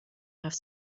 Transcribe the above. have